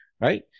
right